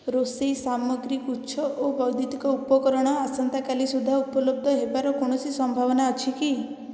ରୋଷେଇ ସାମଗ୍ରୀ ଗୁଚ୍ଛ ଓ ବୈଦ୍ୟୁତିକ ଉପକରଣ ଆସନ୍ତା କାଲି ସୁଦ୍ଧା ଉପଲବ୍ଧ ହେବାର କୌଣସି ସମ୍ଭାବନା ଅଛି କି